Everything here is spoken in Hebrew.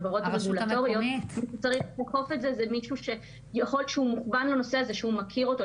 מי שצריך לאכוף את זה צריך להכיר אותו,